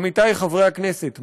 עמיתי חברי הכנסת,